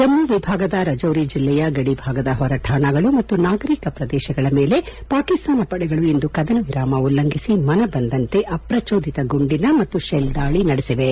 ಜಮ್ನು ವಿಭಾಗದ ರಜೌರಿ ಜಿಲ್ಲೆಯ ಗಡಿಭಾಗದ ಹೊರಠಾಣಾಗಳು ಮತ್ತು ನಾಗರಿಕ ಪ್ರದೇಶಗಳ ಮೇಲೆ ಪಾಕಿಸ್ನಾನ ಪಡೆಗಳು ಇಂದು ಕದನ ವಿರಾಮ ಉಲ್ಲಂಘಿಸಿ ಮನ ಬಂದಂತೆ ಅಪ್ರಚೋದಿತ ಗುಂಡಿನ ಮತ್ತು ಶೆಲ್ ದಾಳಿ ನಡೆಸಿವೆ